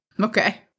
Okay